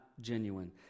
genuine